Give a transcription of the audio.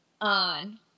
on